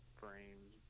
frames